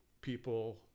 people